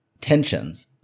tensions